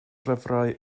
lyfrau